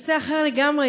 נושא אחר לגמרי.